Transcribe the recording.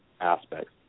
aspects